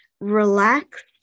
relaxed